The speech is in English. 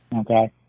Okay